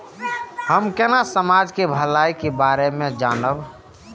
हमू केना समाज के भलाई के बारे में जानब?